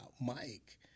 Mike